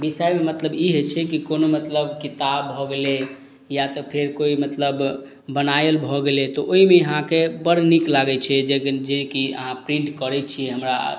विषयमे मतलब ई होइ छै कि कोनो मतलब किताब भऽ गेलय या तऽ फेर कोइ मतलब बनायल भऽ गेलय तऽ ओइमे ई अहाँके बड़ नीक लागय छै जेकि अहाँ प्रिंट करय छियै हमरा